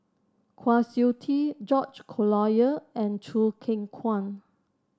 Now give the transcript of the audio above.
Kwa Siew Tee George Collyer and Choo Keng Kwang